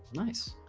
nice